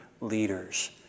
leaders